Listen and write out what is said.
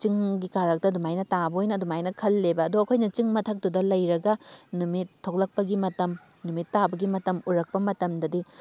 ꯆꯤꯡꯒꯤ ꯀꯥꯔꯛꯇ ꯑꯗꯨꯃꯥꯏꯅ ꯇꯥꯕ ꯑꯣꯏꯅ ꯑꯗꯨꯃꯥꯏꯅ ꯈꯜꯂꯦꯕ ꯑꯗꯣ ꯑꯩꯈꯣꯏꯅ ꯆꯤꯡ ꯃꯊꯛꯇꯨꯗ ꯂꯩꯔꯒ ꯅꯨꯃꯤꯠ ꯊꯣꯛꯂꯛꯄꯒꯤ ꯃꯇꯝ ꯅꯨꯃꯤꯠ ꯇꯥꯕꯒꯤ ꯃꯇꯝ ꯎꯔꯛꯄ ꯃꯇꯝꯗꯗꯤ